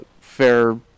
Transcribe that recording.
fair